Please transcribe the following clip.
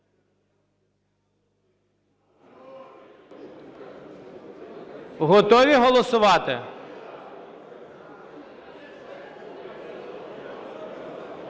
Готові голосувати?